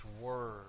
Word